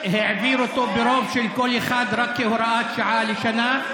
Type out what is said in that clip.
העביר אותו ברוב של קול אחד רק כהוראת שעה לשנה.